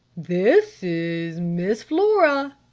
this is miss flora!